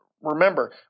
Remember